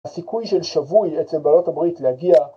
הסיכוי של שבוי אצל בעלות הברית להגיע...